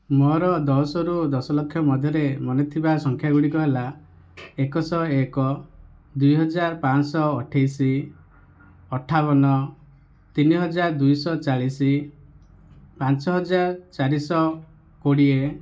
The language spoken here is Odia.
ମୋ'ର ଦଶରୁ ଦଶଲକ୍ଷ ମଧ୍ୟରେ ମନେଥିବା ସଂଖ୍ୟା ଗୁଡ଼ିକ ହେଲା ଏକଶହ ଏକ ଦୁଇହଜାର ପାଞ୍ଚଶହ ଅଠେଇଶ ଅଠାବନ ତିନିହଜାର ଦୁଇଶହ ଚାଳିଶ ପାଞ୍ଚ ହଜାର ଚାରିଶହ କୋଡ଼ିଏ